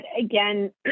again